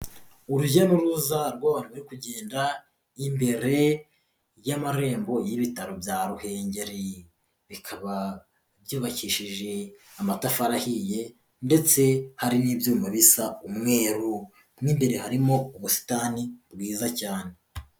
Urujya n'uruza rw'abantu bari kugenda imbere y'amarembo y'ibitaro bya Ruhengeri, bikaba byubakishije amatafari ahiye, ndetse hari n'ibyuma bisa umweru. Mo imbere harimo ubusitani bwiza cyane.